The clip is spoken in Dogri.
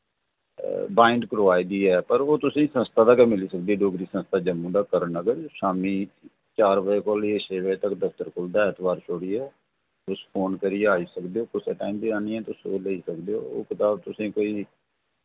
बाइंड करवाई दी ऐ पर ओह् तुसें संस्था दा गै मिली सकदी डोगरी संस्था जम्मू दा करण नगर शाम्मी चार बजे कोला लेइयै छे बजे तक दफ्तर खुलदा ऐ ऐतवार शोड़ियै तुस फोन करियै आई सकदे ओ कुसे टाइम बी आह्नियै तुस ओह् लेई सकदे ओ ओह् कताब तुसें कोई